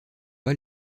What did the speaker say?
pas